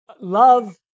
love